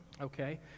okay